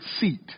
seat